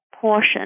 portion